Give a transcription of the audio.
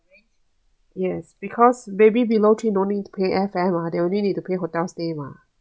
yes because baby below three no need to pay airfare mah they only need to pay hotel stay mah